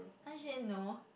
how to say no